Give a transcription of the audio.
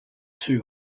too